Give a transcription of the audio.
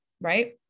right